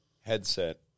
headset